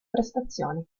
prestazioni